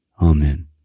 Amen